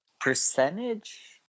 Percentage